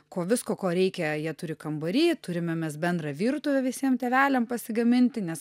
ko visko ko reikia jie turi kambary turime mes bendrą virtuvę visiem tėveliam pasigaminti nes